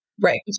Right